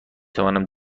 توانم